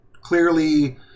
clearly